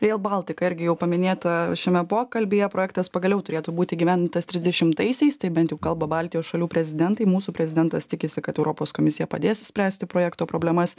rail baltica irgi jau paminėta šiame pokalbyje projektas pagaliau turėtų būt įgyvendintas trisdešimtaisiais taip bent jau kalba baltijos šalių prezidentai mūsų prezidentas tikisi kad europos komisija padės išspręsti projekto problemas